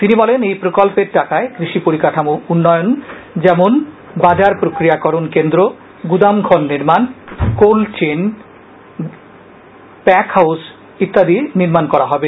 তিনি বলেন এই প্রকল্পের টাকায় কৃষি পরিকাঠামো উন্নয়ন যেমন বাজার প্রক্রিয়াকরণ কেন্দ্র গুদামঘর নির্মান কোল্ড চেইন প্যাক হাউস নির্মান ইত্যাদি কাজ করা হবে